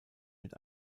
mit